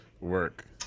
Work